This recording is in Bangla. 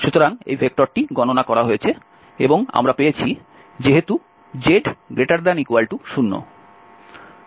সুতরাং এই ভেক্টরটি গণনা করা হয়েছে এবং আমরা পেয়েছি যেহেতু z≥0